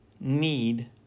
need